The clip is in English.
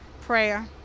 Prayer